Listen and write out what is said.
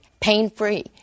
pain-free